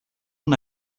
una